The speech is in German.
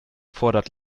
fordert